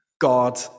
God